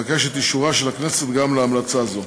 אבקש את אישורה של הכנסת גם להמלצה זו.